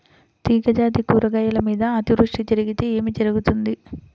తీగజాతి కూరగాయల మీద అతివృష్టి జరిగితే ఏమి జరుగుతుంది?